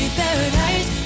paradise